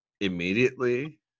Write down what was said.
immediately